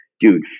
Dude